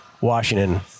Washington